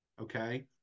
Okay